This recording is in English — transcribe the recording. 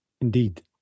Indeed